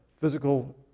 physical